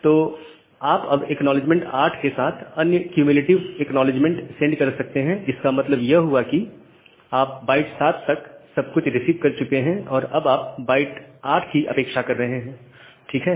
तो आप अब एक्नॉलेजमेंट नंबर 8 के साथ अन्य क्युमुलेटिव एक्नॉलेजमेंट सेंड कर सकते हैं इसका मतलब यह हुआ क्योंकि आप बाइट 7 तक सब कुछ रिसीव कर चुके हैं और अब आप बाइट 8 की अपेक्षा कर रहे हैं ठीक है